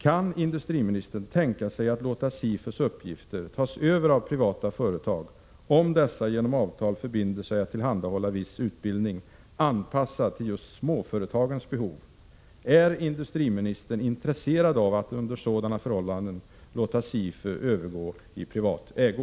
Kan industriministern tänka sig att låta SIFU:s uppgifter tas över av privata företag, om dessa genom avtal förbinder sig att tillhandahålla viss 19 utbildning anpassad till just småföretagens behov? Är industriministern intresserad av att under sådana förhållanden låta SIFU övergå i privat ägo?